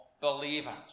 believers